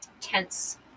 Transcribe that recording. tense